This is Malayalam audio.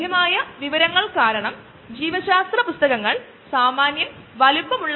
അതിനുള്ള ന്യായികരണം അസംസ്കൃത എണ്ണ സ്രോതസ്സുകൾ തീർന്നുപോയിരിക്കുന്നു അതിനാൽ ഇതര ദ്രാവക ഇന്ധനങ്ങൾ ആവശ്യമാണ് എന്നതാണ്